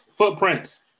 Footprints